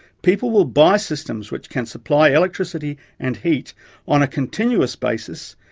people will buy systems which can supply electricity and heat on a continuous basis,